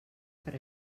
per